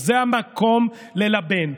וזה המקום ללבן,